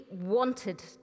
wanted